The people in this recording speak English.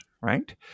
right